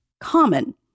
common